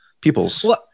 people's